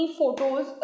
photos